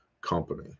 company